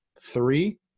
three